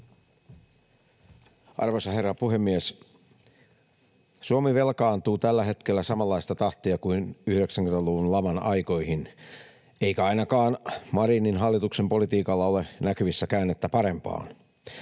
Arvoisa herra puhemies! Suomi velkaantuu tällä hetkellä samanlaista tahtia kuin 90-luvun laman aikoihin, eikä ainakaan Marinin hallituksen politiikalla ole näkyvissä käännettä parempaan.